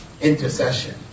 intercession